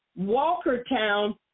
Walkertown